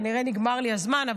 כנראה נגמר לי הזמן,